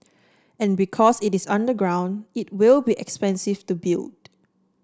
and because it is underground it will be expensive to build